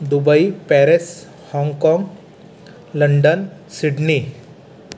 Dubai Paris Hong Kong London Sydney